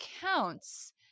counts